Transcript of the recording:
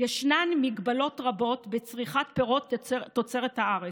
ישנן מגבלות רבות בצריכת פירות תוצרת הארץ,